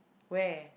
where